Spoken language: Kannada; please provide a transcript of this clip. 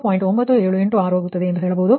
9786 ಆಗುತ್ತಿದೆ ಎಂದು ಹೇಳಬಹುದು